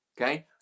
Okay